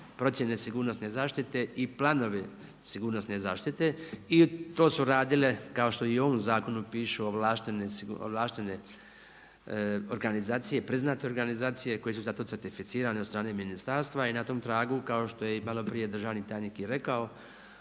procjene sigurnosne zaštite i planovi sigurnosne zaštite i to su radile kao što i u ovom zakonu piše ovlaštene organizacije, priznate organizacije koje su zato certificirani od strane ministarstva kao što je i maloprije državni tajnik i rekao.